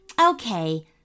Okay